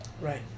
Right